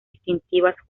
distintivas